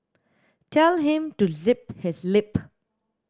tell him to zip his lip